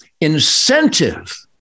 incentive